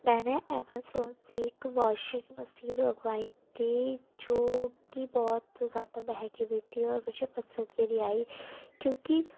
میں نے ایمیزون سے ایک واشنگ مشین منگوائی تھی جو کہ بہت زیادہ مہنگی بھی تھی اور مجھے پسند بھی نہیں آئی کیوں کہ